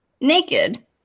naked